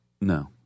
No